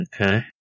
Okay